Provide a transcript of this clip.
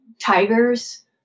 tiger's